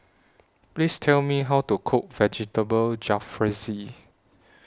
Please Tell Me How to Cook Vegetable Jalfrezi